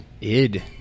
id